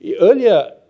Earlier